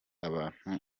abantu